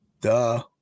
duh